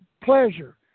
pleasure